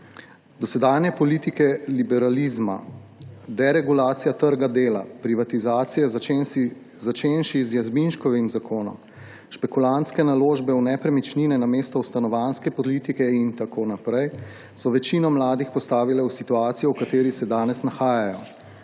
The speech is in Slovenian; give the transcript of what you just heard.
Dosedanje politike liberalizma, deregulacija trga dela, privatizacije, začenši z Jazbinškovim zakonom, špekulantske naložbe v nepremičnine namesto v stanovanjske politike in tako naprej so večino mladih postavile v situacijo, v kateri se danes nahajajo: